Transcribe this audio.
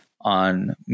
on